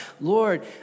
Lord